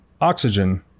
oxygen